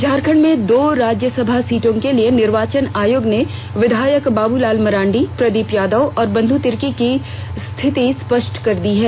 झारखंड में दो राज्यसभा सीटों के लिए निर्वाचन आयोग ने विधायक बाबूलाल मरांडी प्रदीप यादव और बंधु तिर्की की स्थिति स्पष्ट कर दी है